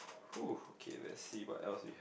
who okay let's see what else we have